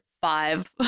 five